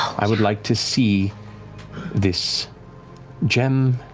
i would like to see this gem.